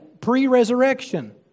pre-resurrection